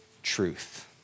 Truth